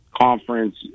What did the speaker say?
conference